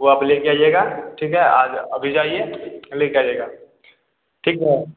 वह आप लेकर आइएगा ठीक है आज अभी जाइए लेकर आ जाइएगा ठीक है